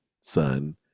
son